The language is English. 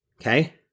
Okay